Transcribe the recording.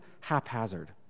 haphazard